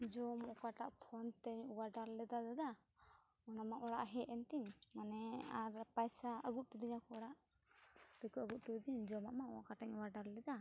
ᱡᱚᱢ ᱚᱠᱟᱴᱟᱜ ᱯᱷᱚᱱᱛᱮᱧ ᱚᱰᱟᱨ ᱞᱮᱫᱟ ᱫᱟᱫᱟ ᱚᱱᱟᱢᱟ ᱚᱲᱟᱜ ᱦᱮᱡ ᱮᱱ ᱛᱤᱧ ᱢᱟᱱᱮ ᱟᱨ ᱯᱟᱭᱥᱟ ᱟᱹᱜᱩᱚᱴᱚ ᱟᱫᱤᱧᱟᱠᱚ ᱚᱲᱟᱜ ᱨᱮᱠᱚ ᱟᱹᱜᱩᱚᱴᱚ ᱟᱫᱤᱧ ᱡᱚᱢᱟᱜ ᱢᱟ ᱚᱠᱟᱴᱟᱜᱤᱧ ᱚᱰᱟᱨ ᱞᱮᱫᱟ